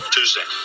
Tuesday